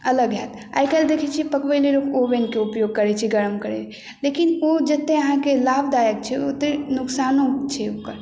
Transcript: अलग हैत आइ काल्हि देखैत छियै पकबै लेल ओवेनके उपयोग करैत छै गरम करै लेल लेकिन ओ जतेक अहाँके लाभदायक छै ओतेक नुकसानो छै ओकर